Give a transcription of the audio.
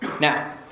Now